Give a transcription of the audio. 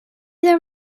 there